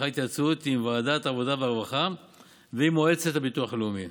עם ועדת העבודה והרווחה ועם מועצת הביטוח הלאומי.